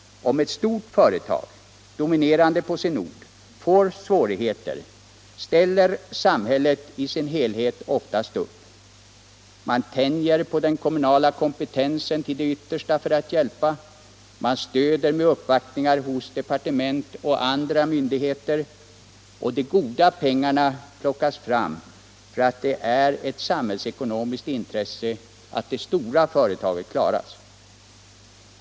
Om ett stort företag, dominerande på sin ort, får svårigheter, Allmänpolitisk debatt debatt ställer samhället i sin helhet oftast upp. Man tänjer på den kommunala kompetensen till det yttersta för att hjälpa, man stöder med uppvaktningar hos departement och myndigheter — och de goda pengarna plockas fram därför att det är ett samhällsekonomiskt intresse att det stora företaget klaras.